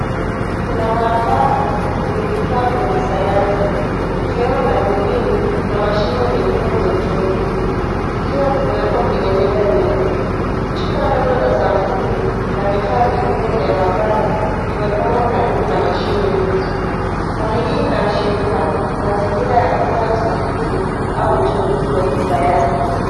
Kuna maabara yenye vifaa vya kisayansi. Vifaa mbalimbali vimepangwa kwenye meza na mashimo ya uchunguzi. Chupa ndogo za sampuli na vifaa vingine vya maabara vimewekwa karibu na mashimo hayo. Hali hii inaonyesha mazingira ya kufanya utafiti au uchunguzi wa kisayansi.